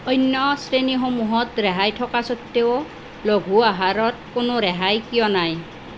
অন্য শ্ৰেণীসমূহত ৰেহাই থকা স্বত্তেও লঘু আহাৰত কোনো ৰেহাই কিয় নাই